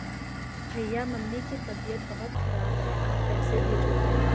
भैया मम्मी की तबीयत बहुत खराब है आप पैसे भेजो